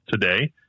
today